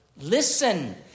Listen